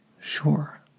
sure